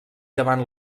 davant